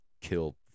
Kill